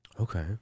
okay